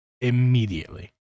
immediately